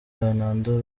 fernando